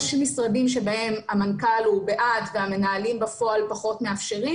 יש משרדים שבהם המנכ"ל הוא בעד והמנהלים בפועל פחות מאפשרים